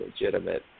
legitimate